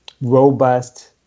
robust